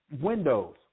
windows